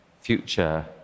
future